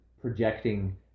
projecting